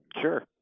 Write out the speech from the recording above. sure